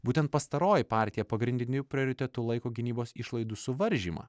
būtent pastaroji partija pagrindiniu prioritetu laiko gynybos išlaidų suvaržymą